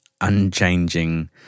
unchanging